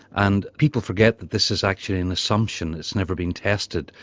and people forget that this is actually an assumption, it's never been tested.